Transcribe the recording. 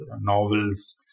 novels